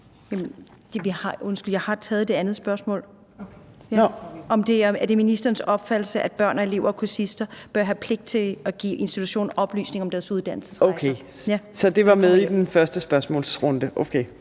allerede taget det andet spørgsmål: Er det ministerens opfattelse, at børn, elever og kursister bør have pligt til at give institutionen oplysninger om deres udlandsrejser? Kl. 15:24 Fjerde næstformand